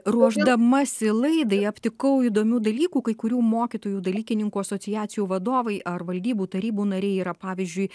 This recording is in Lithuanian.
ruošdamasi laidai aptikau įdomių dalykų kai kurių mokytojų dalykininkų asociacijų vadovai ar valdybų tarybų nariai yra pavyzdžiui